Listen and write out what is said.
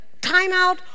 timeout